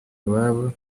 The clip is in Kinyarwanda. iwabo